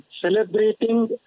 celebrating